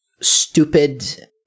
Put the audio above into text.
stupid